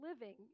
living